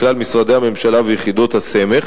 לכלל משרדי הממשלה ויחידות הסמך,